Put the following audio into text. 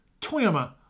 Toyama